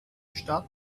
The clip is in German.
statt